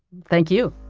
thank you!